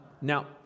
Now